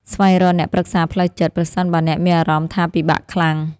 ស្វែងរកអ្នកប្រឹក្សាផ្លូវចិត្ត ប្រសិនបើអ្នកមានអារម្មណ៍ថាពិបាកខ្លាំង។